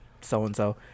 so-and-so